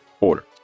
order